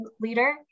leader